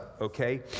okay